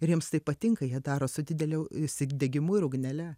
ir jiems tai patinka jie daro su dideliu užsidegimu ir ugnele